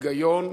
היגיון,